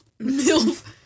MILF